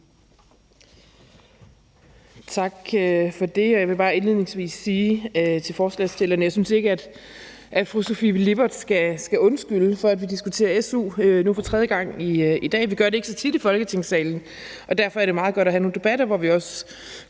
Tak for det. Jeg vil bare indledningsvis sige til forslagsstillerne, at jeg ikke synes, at fru Sofie Lippert skal undskylde for, at vi diskuterer su for nu tredje gang i dag. Vi gør det ikke så tit i Folketingssalen, og derfor er det meget godt at have nogle debatter, hvor vi også